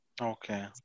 Okay